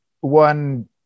one